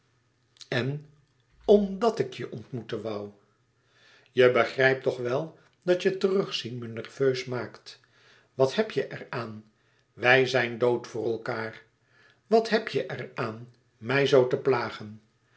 en omdàt ik je ontmoeten woû je begrijpt toch wel dat je terugzien me nerveus maakt wat heb je er aan wij zijn dood voor elkaâr wat heb je er aan mij zoo te plagen